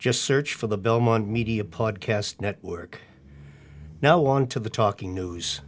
just search for the belmont media podcast network now on to the talking news